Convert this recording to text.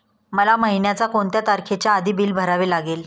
मला महिन्याचा कोणत्या तारखेच्या आधी बिल भरावे लागेल?